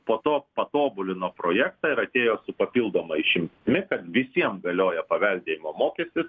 po to patobulino projektą ir atėjo su papildoma išimtimi kad visiems galioja paveldėjimo mokestis